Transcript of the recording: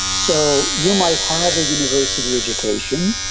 so you might have a university education,